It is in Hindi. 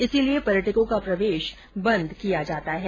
इसलिये पर्यटकों का प्रवेश बंद किया जाता है